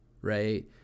right